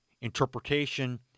interpretation